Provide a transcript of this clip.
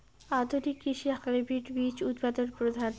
আধুনিক কৃষিত হাইব্রিড বীজ উৎপাদন প্রধান